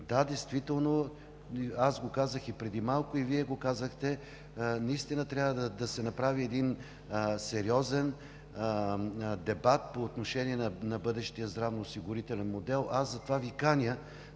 предприемат. Да, аз го казах преди малко, и Вие го казахте: наистина трябва да се направи сериозен дебат по отношение на бъдещия здравноосигурителен модел. Аз затова Ви каня